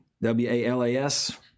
W-A-L-A-S